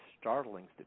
startling